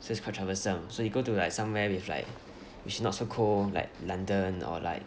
so it's quite troublesome so you go to like somewhere with like which is not so cold like london or like